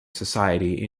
society